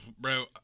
Bro